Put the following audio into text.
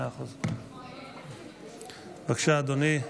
בבקשה, אדוני,